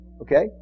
Okay